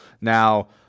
Now